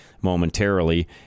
momentarily